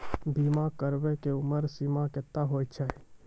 बीमा कराबै के उमर सीमा केतना होय छै?